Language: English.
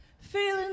Feeling